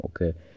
okay